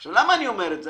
עכשיו, למה אני אומר את זה?